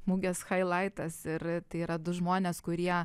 mugės chailaitas ir tai yra du žmonės kurie